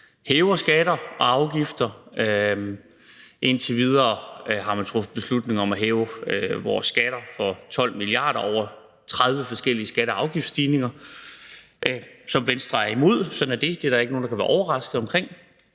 hæver skatter og afgifter. Indtil videre har man truffet beslutninger om at hæve vores skatter for 12 mia. kr. over 30 forskellige skatte- og afgiftsstigninger, som Venstre er imod. Sådan er det. Det er der ikke nogen, der kan være overraskede over.